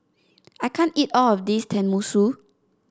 I can't eat all of this Tenmusu